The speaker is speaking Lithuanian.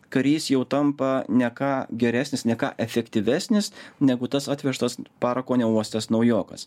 karys jau tampa ne ką geresnis ne ką efektyvesnis negu tas atvežtas parako neuostęs naujokas